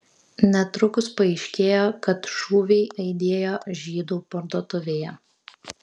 netrukus paaiškėjo kad šūviai aidėjo žydų parduotuvėje